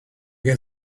get